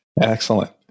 Excellent